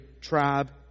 tribe